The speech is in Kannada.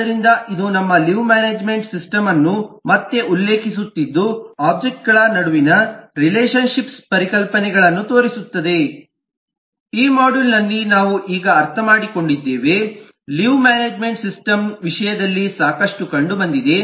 ಆದ್ದರಿಂದ ಇದು ನಮ್ಮ ಲೀವ್ ಮ್ಯಾನೇಜ್ಮೆಂಟ್ ಸಿಸ್ಟಮ್ಅನ್ನು ಮತ್ತೆ ಉಲ್ಲೇಖಿಸುತ್ತಿದ್ದು ಒಬ್ಜೆಕ್ಟ್ಗಳ ನಡುವಿನ ರಿಲೇಶನ್ ಶಿಪ್ಸ್ ಪರಿಕಲ್ಪನೆಗಳನ್ನು ತೋರಿಸುತ್ತದೆ ಈ ಮಾಡ್ಯೂಲ್ನಲ್ಲಿ ನಾವು ಈಗ ಅರ್ಥಮಾಡಿಕೊಂಡಿದ್ದೇವೆ ಲೀವ್ ಮ್ಯಾನೇಜ್ಮೆಂಟ್ ಸಿಸ್ಟಮ್ನ ವಿಷಯದಲ್ಲಿ ಸಾಕಷ್ಟು ಕಂಡುಬಂದಿದೆ